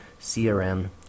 CRM